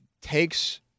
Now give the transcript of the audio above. takes